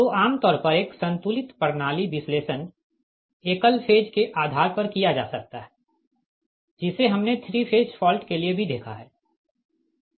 तो आम तौर पर एक संतुलित प्रणाली विश्लेषण एकल फेज के आधार पर किया जा सकता है जिसे हमने 3 फेज फॉल्ट के लिए भी देखा है